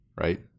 right